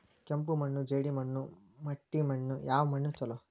ಕೆಂಪು ಮಣ್ಣು, ಜೇಡಿ ಮಣ್ಣು, ಮಟ್ಟಿ ಮಣ್ಣ ಯಾವ ಮಣ್ಣ ಛಲೋ?